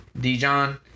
Dijon